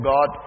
God